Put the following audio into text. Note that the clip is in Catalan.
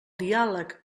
diàleg